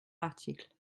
l’article